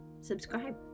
subscribe